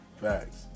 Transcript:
Facts